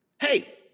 Hey